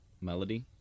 melody